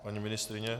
Paní ministryně?